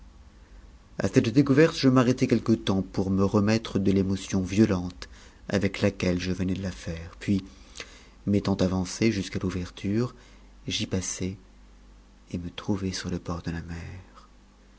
a cette découverte je m'arrêta quelque temps pour me remettre de cn'otion violente avec laquelle je venais de ta taire puis m'étant avancé iosqu'a l'ouverture j'y passai et me trouvai sur le bord de la mer